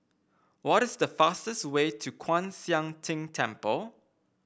what is the fastest way to Kwan Siang Tng Temple